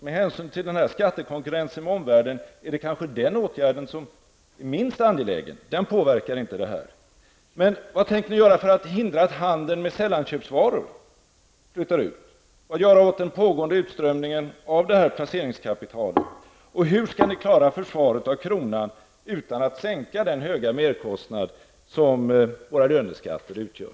Med hänsyn till skattekonkurrensen gentemot omvärlden är det kanske den åtgärd som är minst angelägen. Den påverkar inte detta. Men vad tänker ni göra för att hindra att handeln med sällanköpsvaror flyttar ut och göra åt den pågående utströmningen av placeringskapitalet? Hur skall ni klara försvaret av kronan utan att minska den höga merkostnad som våra löneskatter utgör?